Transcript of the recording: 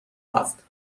هفت